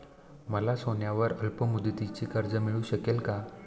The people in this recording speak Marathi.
मला सोन्यावर अल्पमुदतीचे कर्ज मिळू शकेल का?